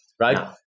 right